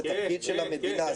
זה תפקיד של המדינה.